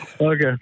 Okay